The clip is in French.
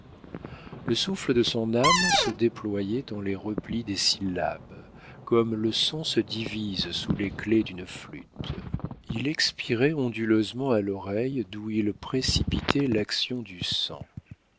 le souffle de son âme se déployait dans les replis des syllabes comme le son se divise sous les clefs d'une flûte il expirait onduleusement à l'oreille d'où il précipitait l'action du sang